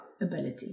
ability